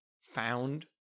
found